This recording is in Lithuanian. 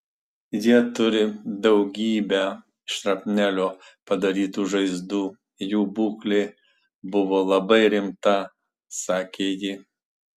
jie turi daugybę šrapnelio padarytų žaizdų jų būklė buvo labai rimta sakė ji